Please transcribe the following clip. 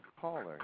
caller